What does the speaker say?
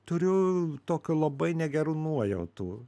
turiu tokių labai negerų nuojautų